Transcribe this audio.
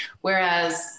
whereas